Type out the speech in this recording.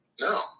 No